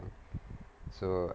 so